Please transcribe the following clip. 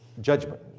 judgment